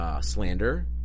Slander